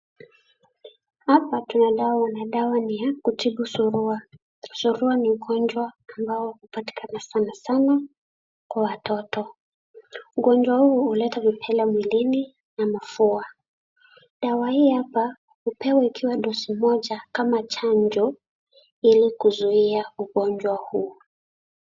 Hapa tuna dawa, na dawa ni ya kutibu surua. Surua ni ugonjwa ambao hupatikana sana sana, kwa watoto. Ugonjwa huu huleta vipele mwilini, na mafua. Dawa hii hapa, hupewa ikiwa dosi moja kama chanjo, ili kuzuia ugonjwa huu.